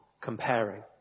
comparing